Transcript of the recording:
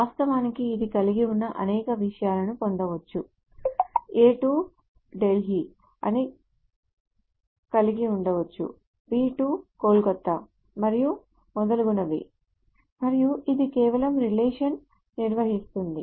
వాస్తవానికి ఇది కలిగివున్న అనేక విషయాలను పొందవచ్చు A 2 ఢిల్లీ అది కలిగి ఉండవచ్చు B 2 కోల్కతా మరియు మొదలగునవి మరియు ఇది కేవలం రీలెషన్ నిర్వచిస్తుంది